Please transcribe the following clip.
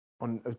on